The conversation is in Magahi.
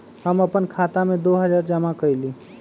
हम अपन खाता में दो हजार जमा कइली